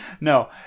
No